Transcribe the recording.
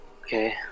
Okay